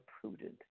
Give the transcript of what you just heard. prudent